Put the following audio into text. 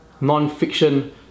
non-fiction